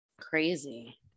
crazy